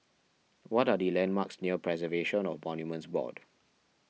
what are the landmarks near Preservation of Monuments Board